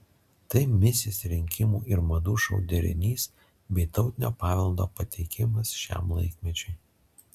tai misis rinkimų ir madų šou derinys bei tautinio paveldo pateikimas šiam laikmečiui